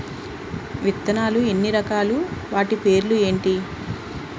విత్తనాలు ఎన్ని రకాలు, వాటి పేర్లు ఏంటి?